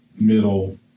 middle